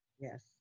Yes